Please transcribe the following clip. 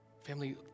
Family